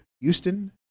Houston